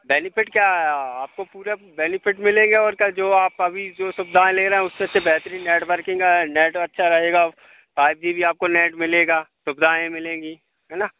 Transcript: benefit क्या है आ आपको पूरा बेनिफिट मिलेंगे और क्या जो आप अभी जो सुविधाएँ ले रहे हैं उससे से बेहतरीन नेटवर्किंग है नेट अच्छा रहेगा फाइव जी भी आपको नेट मिलेगा सुविधाएँ मिलेंगी है ना